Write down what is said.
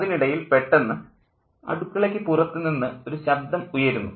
അതിനിടയിൽ പെട്ടെന്ന് അടുക്കളയ്ക്കു പുറത്ത് നിന്ന് ഒരു ശബ്ദം ഉയരുന്നു